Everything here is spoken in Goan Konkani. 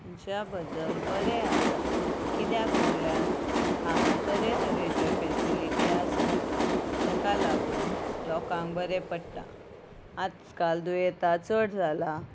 हांगच्या बद्दल बरें आसा कित्याक म्हणल्यार हांगा तरे तरेच्यो फॅसिलिटी आसा ताका लागून लोकांक बरें पडटा आज काल दुयेंता चड जाला